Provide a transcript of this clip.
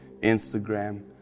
Instagram